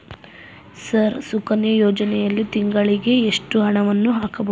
Sir Sukanya ಯೋಜನೆಯಲ್ಲಿ ತಿಂಗಳಿಗೆ ಎಷ್ಟು ಹಣವನ್ನು ಹಾಕಬಹುದು?